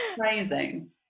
Amazing